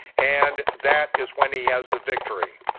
and that is when he has the victory.